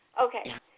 Okay